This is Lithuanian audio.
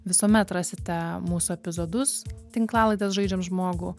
visuomet rasite mūsų epizodus tinklalaidės žaidžiam žmogų